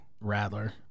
Rattler